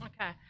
Okay